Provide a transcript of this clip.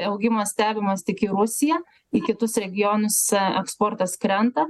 augimas stebimas tik į rusiją į kitus regionus eksportas krenta